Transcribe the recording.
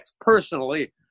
personally